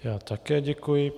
Já také děkuji.